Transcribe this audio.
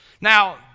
now